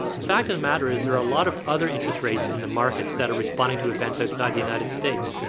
the fact of the matter is there are a lot of other interest rates in the markets that are responding to events outside the united states.